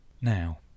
Now